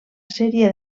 sèrie